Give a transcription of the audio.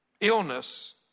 illness